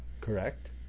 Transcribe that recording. correct